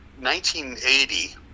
1980